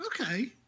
Okay